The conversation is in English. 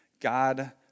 God